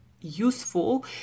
useful